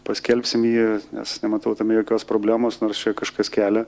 paskelbsim jį nes nematau tame jokios problemos nors čia kažkas kelia